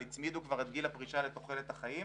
שהצמידו כבר את גיל הפרישה לתוחלת החיים,